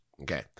Okay